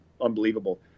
unbelievable